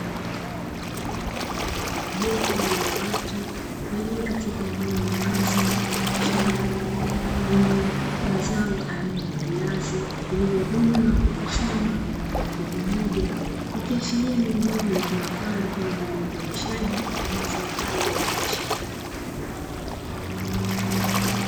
Jopo la watu waliokatika eneo la wazi mfano wa shamba lenye mazao aina ya viazi vilivyovunwa na kukusanywa kwa pamoja, ikiashiria ni eneo litumikalo kwa ajili ya uzalishaji wa mazao hayo ya biashara.